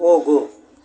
ಹೋಗು